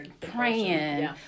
praying